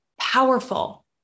powerful